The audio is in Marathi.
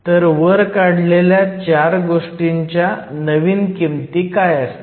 तर वर काढलेल्या 4 गोष्टींच्या नवीन किमती काय असतील